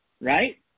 Right